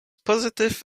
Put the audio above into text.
positive